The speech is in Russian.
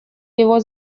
его